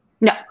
No